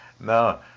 No